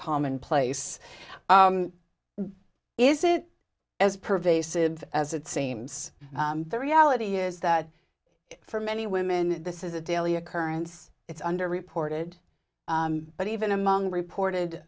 commonplace is it as pervasive as it seems the reality is that for many women this is a daily occurrence it's under reported but even among reported